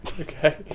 Okay